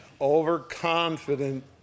Overconfident